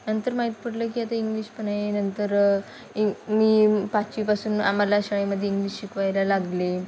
नंतर माहीत पडलं की आता इंग्लिश पण आहे नंतर इंग् मी पाचवीपासून आम्हाला शाळेमध्ये इंग्लिश शिकवायला लागले